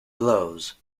blows